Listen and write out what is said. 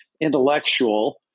intellectual